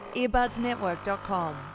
Earbudsnetwork.com